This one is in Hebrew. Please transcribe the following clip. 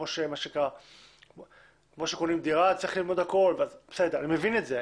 אני מבין את זה,